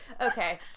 Okay